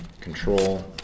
control